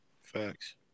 Facts